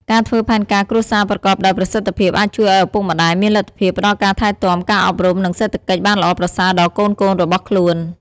ការធ្វើផែនការគ្រួសារប្រកបដោយប្រសិទ្ធភាពអាចជួយឲ្យឪពុកម្តាយមានលទ្ធភាពផ្តល់ការថែទាំ ការអប់រំ និងសេដ្ឋកិច្ចបានល្អប្រសើរដល់កូនៗរបស់ខ្លួន។